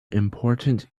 important